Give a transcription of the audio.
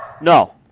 No